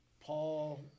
Paul